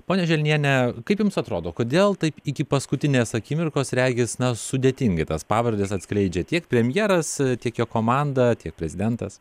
ponia želnienė kaip jums atrodo kodėl taip iki paskutinės akimirkos regis na sudėtingai tas pavardes atskleidžia tiek premjeras tiek jo komanda tiek prezidentas